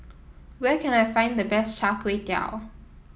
where can I find the best Char Kway Teow